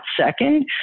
second